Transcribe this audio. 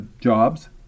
jobs